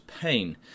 pain